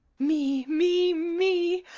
me, me, me!